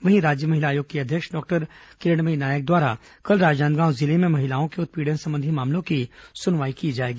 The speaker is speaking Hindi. वहीं राज्य महिला आयोग की अध्यक्ष डॉक्टर किरणमयी नायक द्वारा कल राजनांदगांव जिले में महिलाओं के उत्पीड़न संबंधी मामलों की सुनवाई की जाएगी